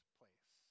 place